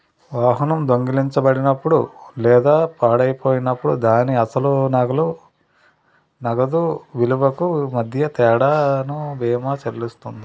వాహనం దొంగిలించబడినప్పుడు లేదా పాడైపోయినప్పుడు దాని అసలు నగదు విలువకు మధ్య తేడాను బీమా చెల్లిస్తుంది